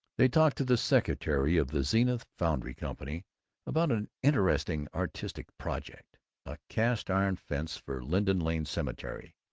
they talked to the secretary of the zenith foundry company about an interesting artistic project a cast-iron fence for linden lane cemetery.